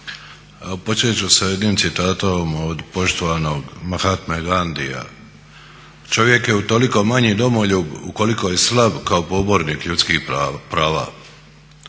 Počet ću sa jednim citatom od poštovanog Mahatme Ghandija: "Čovjek je utoliko manji domoljub ukoliko je slab kao pobornik ljudskih prava.".